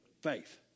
faith